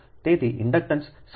તેથી ઇન્ડક્ટન્સ સતત રહેશે